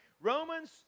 Romans